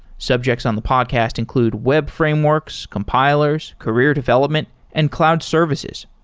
subjects on the podcast include web frameworks, compilers career development and cloud services.